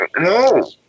No